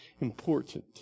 important